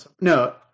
No